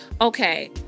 okay